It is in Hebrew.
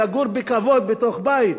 לגור בכבוד בתוך בית,